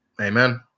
Amen